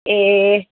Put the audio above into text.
ए